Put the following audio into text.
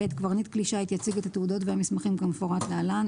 קברניט כלי שיט יציג את התעודות והמסמכים כמפורט להלן: